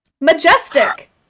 Majestic